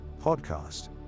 Podcast